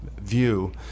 view